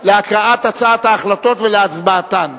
להכריז על מדינה עצמאית באופן חד-צדדי,